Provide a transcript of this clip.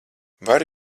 varu